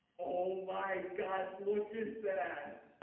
oh my gosh look at that